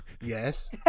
Yes